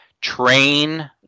Train